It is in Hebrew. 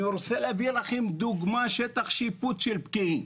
אני רוצה להביא לכם דוגמה את שטח השיפוט של פקיעין.